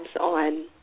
on